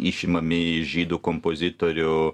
išimami iš žydų kompozitorių